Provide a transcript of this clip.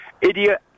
Idiot